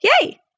Yay